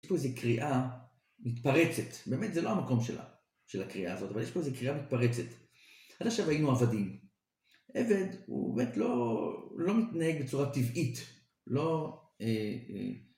יש פה איזו קריאה מתפרצת, באמת זה לא המקום של הקריאה הזאת, אבל יש פה איזו קריאה מתפרצת. עד עכשיו היינו עבדים. עבד הוא באמת לא מתנהג בצורה טבעית.